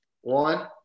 one